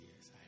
yes